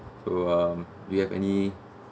so um do you have any